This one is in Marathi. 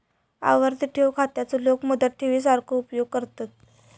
आवर्ती ठेव खात्याचो लोक मुदत ठेवी सारखो उपयोग करतत